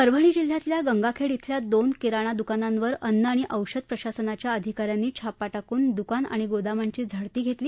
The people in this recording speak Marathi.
परभणी जिल्ह्यातल्या गंगाखेड श्रिल्या दोन किराणा द्कानांवर अन्न आणि औषधी प्रशासनाच्या अधिकाऱ्यांनी छापा टाकून दकान आणि गोदामांची झडती घेतली